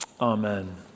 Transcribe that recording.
amen